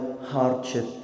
hardship